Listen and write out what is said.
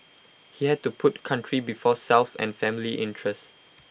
he had to put country before self and family interest